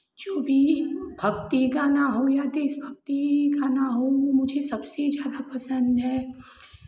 जो भी भक्ति गाना हो या देश भक्ति गाना हो मुझे सबसे ज़्यादा पसन्द है